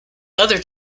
other